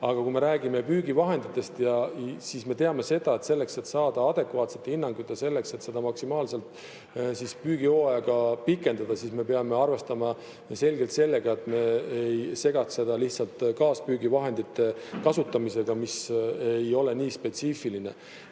Aga kui me räägime püügivahenditest, siis me teame seda, et selleks, et saada adekvaatset hinnangut, ja selleks, et seda püügihooaega maksimaalselt pikendada, me peame arvestama selgelt sellega, et me ei segaks seda kaaspüügivahendite kasutamisega, mis ei ole nii spetsiifiline.